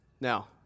Now